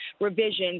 revisions